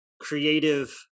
creative